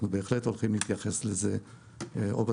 אנחנו בהחלט נתייחס לזה בתקנות.